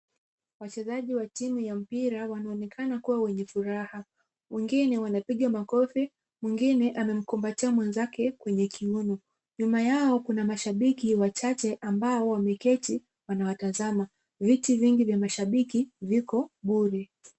Wachezaji wa timu ya mpira wanaonekana kuwa wenye furaha. Wengine wanapiga makofi, mwingine amemkumbatia mwenzake kwenye kiuno. Nyuma yao kuna mashabiki wachache ambao wameketi wanawatazama. Viti vingi vya mashabiki viko bure.